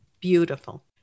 Beautiful